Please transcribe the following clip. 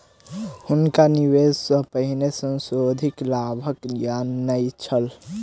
हुनका निवेश सॅ पहिने संशोधित लाभक ज्ञान नै छल